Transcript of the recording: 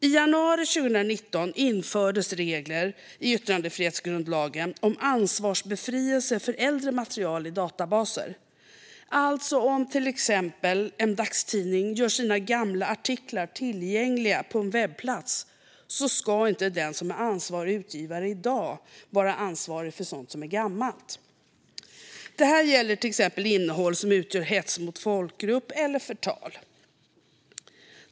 I januari 2019 infördes regler i yttrandefrihetsgrundlagen om ansvarsbefrielse för äldre material i databaser. Om till exempel en dagstidning gör sina gamla artiklar tillgängliga på en webbplats ska inte den som är ansvarig utgivare i dag vara ansvarig för sådant som är gammalt. Det här gäller till exempel innehåll som utgör hets mot folkgrupp eller förtal.